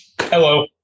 Hello